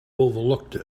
overlooked